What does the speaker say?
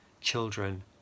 children